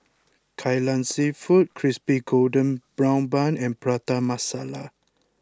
Kai Lan Seafood Crispy Golden Brown Bun and Prata Masala